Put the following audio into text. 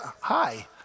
hi